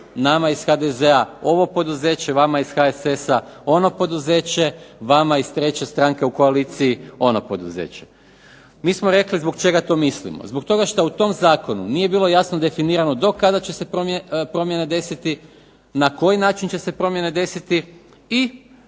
nama ih HDZ-a ovo poduzeće, vama iz HSS-a ono poduzeće, vama iz treće stranke u koaliciji ono poduzeće. Mi smo rekli zbog čega to mislimo, zbog toga što u tom zakonu nije bilo jasno definirano do kada će se promjene desiti, na koji način će se promjene desiti i